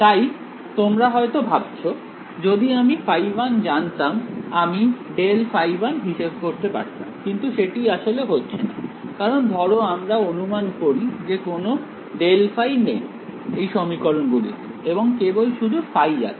তাই তোমরা হয়তো ভাবছো যদি আমি ϕ1 জানতাম আমি ∇ϕ1 হিসেব করতে পারতাম কিন্তু সেটি আসলে হচ্ছে না কারণ ধরো আমরা অনুমান করি যে কোন ∇ϕ নেই এই সমীকরণ গুলিতে এবং কেবল শুধু ফাই আছে